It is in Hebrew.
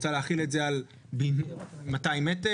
את רוצה להחיל את זה על 200 מטר?